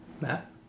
Matt